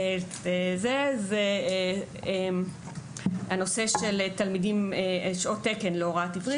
היא הנושא של שעות תקן להוראת עברית.